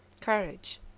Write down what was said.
courage